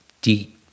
deep